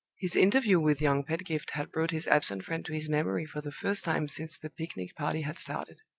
his interview with young pedgift had brought his absent friend to his memory for the first time since the picnic party had started.